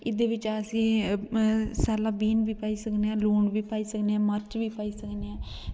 एह्दे बिच अस सैल्ला ब्यून बी पाई सकने मर्च बी पाई सकने मर्च बी पाई सकने